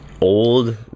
Old